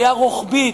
ראייה רוחבית,